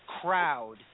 crowd